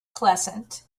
pleasant